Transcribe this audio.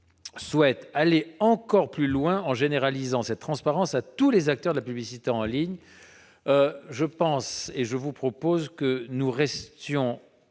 souhaitent aller encore plus loin en généralisant cette transparence à tous les acteurs de la publicité en ligne. La commission vous propose d'en rester